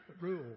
rule